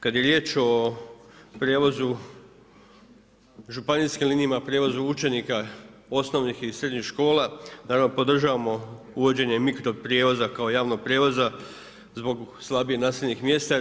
Kad je riječ o prijevozu županijskim linijama, prijevozu učenika osnovnih i srednjih škola, naravno podržavamo uvođenje mikro prijevoza kao javnog prijevoza zbog slabije naseljenih mjesta.